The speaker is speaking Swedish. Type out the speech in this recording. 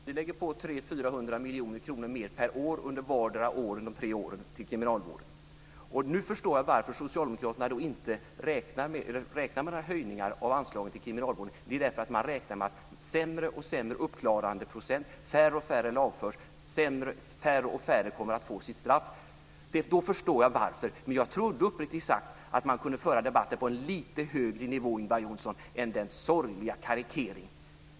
Fru talman! Vi lägger på 300-400 miljoner kronor mer per år under vart och ett av dessa år till kriminalvården. Nu förstår jag varför Socialdemokraterna inte räknar med några höjningar av anslagen till kriminalvården. Vi vet att man räknar med sämre och sämre uppklarandeprocent, med att färre och färre lagförs och med att färre och färre kommer att få sina straff. Då förstår jag varför, men jag trodde uppriktigt sagt att man kunde föra debatten på en lite högre nivå, Ingvar Johnsson, än denna sorgliga karikering.